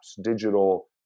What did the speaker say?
digital